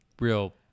real